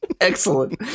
Excellent